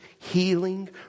healing